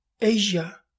Asia